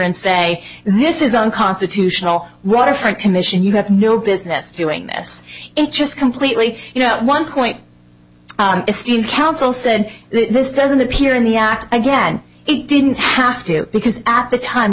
and say this is unconstitutional waterfront commission you have no business doing this it just completely you know one point a student council said this doesn't appear in the act again it didn't have to because at the time